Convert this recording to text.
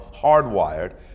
hardwired